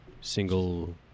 single